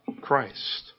Christ